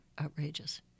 outrageous